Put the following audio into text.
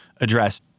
address